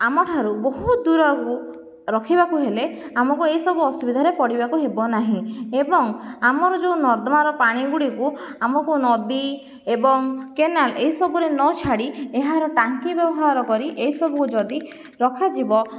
ଆମଠାରୁ ବହୁତ ଦୂରରୁ ରଖିବାକୁ ହେଲେ ଆମକୁ ଏହିସବୁ ଅସୁବିଧାରେ ପଡ଼ିବାକୁ ହେବନାହିଁ ଏବଂ ଆମର ଯେଉଁ ନର୍ଦ୍ଦମାର ପାଣିଗୁଡ଼ିକୁ ଆମକୁ ନଦୀ ଏବଂ କେନାଲ ଏହିସବୁରେ ନଛାଡ଼ି ଏହାର ଟାଙ୍କି ବ୍ୟବହାର କରି ଏସବୁ ଯଦି ରଖାଯିବ